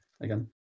again